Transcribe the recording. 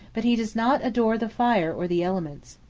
but he does not adore the fire or the elements.